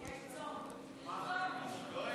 מה ארוך?